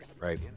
right